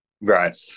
right